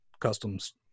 customs